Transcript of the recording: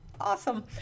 awesome